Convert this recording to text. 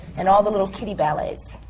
and all the little kiddie ballets,